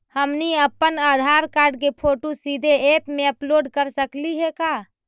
हमनी अप्पन आधार कार्ड के फोटो सीधे ऐप में अपलोड कर सकली हे का?